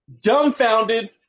dumbfounded